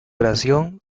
duración